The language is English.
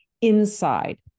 inside